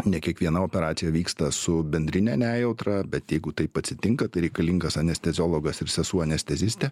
ne kiekviena operacija vyksta su bendrine nejautra bet jeigu taip atsitinka tai reikalingas anesteziologas ir sesuo anestezistė